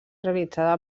realitzada